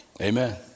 amen